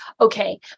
okay